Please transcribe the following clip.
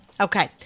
Okay